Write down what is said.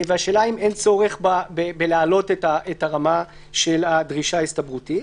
השאלה היא האם אין צורך להעלות את הרמה של הדרישה ההסתברותית.